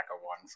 one